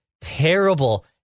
terrible